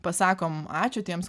pasakom ačiū tiems